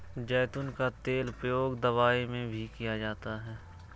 ज़ैतून का तेल का उपयोग दवाई में भी किया जाता है